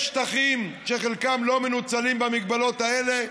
יש שטחים שחלקם לא מנוצלים בהגבלות האלה,